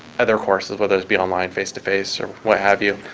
other courses, whether those be online, face to face, or what have you.